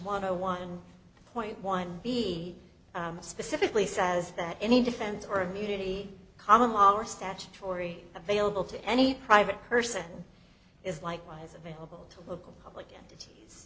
one a one point one he specifically says that any defense or immunity common law or statutory available to any private person is likewise available to local public entities